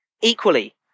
equally